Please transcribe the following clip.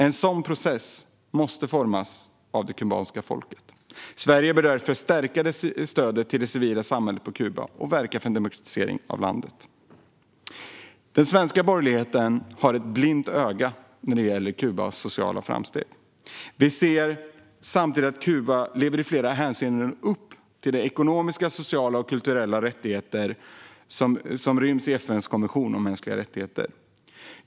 En sådan process måste formas av det kubanska folket. Sverige bör därför stärka stödet till det civila samhället på Kuba och verka för en demokratisering av landet. Den svenska borgerligheten har ett blint öga när det gäller Kubas sociala framsteg. Vi ser att Kuba i flera hänseenden lever upp till de ekonomiska, sociala och kulturella rättigheter som ryms i FN:s konvention om mänskliga rättigheter.